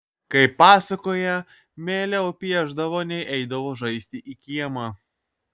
kaip pasakoja mieliau piešdavo nei eidavo žaisti į kiemą